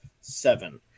seven